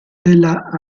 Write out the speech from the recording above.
della